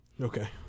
Okay